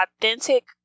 authentic